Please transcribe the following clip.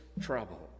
trouble